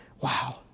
wow